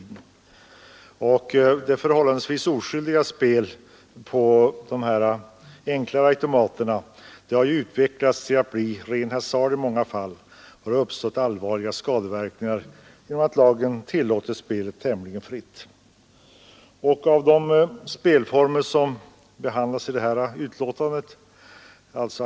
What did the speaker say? Det förhållandevis oskyldiga spelet på enkla automater har i många fall utvecklats till ren hasard, och allvarliga skadeverkningar har uppstått på grund av att lagen tillåtit spel tämligen fritt.